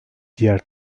diğer